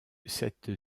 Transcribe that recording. cette